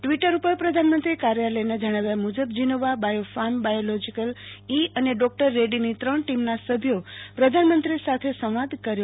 tweet ઉપર પ્રધાનમંત્રી કાર્યાલયનાં જણાવ્યા મુજબ જીનોવા બાયોફાર્મ બાયોલોજીકલ ઈ અને ડોક્ટર રેડીની ત્રણ ટીમના સભ્યો પ્રધાનમંત્રી સાથે સંવાદ કર્યો